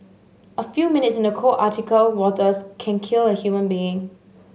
a few minutes in the cold Antarctic waters can kill a human being